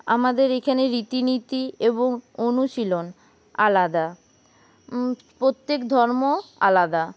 আমাদের এখানে রীতিনীতি এবং অনুশীলন আলাদা প্রত্যেক ধর্ম আলাদা